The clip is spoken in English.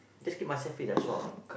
just keep myself fit that's all